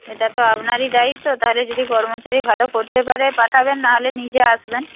এটা তো আপনারই দায়িত্ব তাহলে যদি কর্মচারী ভালো করতে পারে পাঠাবেন না হলে নিজে আসবেন